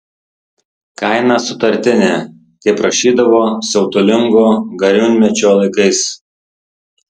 kaina sutartinė kaip rašydavo siautulingo gariūnmečio laikais